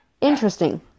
interesting